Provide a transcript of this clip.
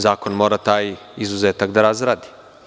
Zakon mora taj izuzetak da razradi.